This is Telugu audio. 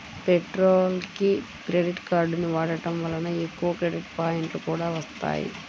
పెట్రోల్కి క్రెడిట్ కార్డుని వాడటం వలన ఎక్కువ క్రెడిట్ పాయింట్లు కూడా వత్తాయి